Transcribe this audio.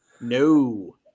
No